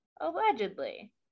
Allegedly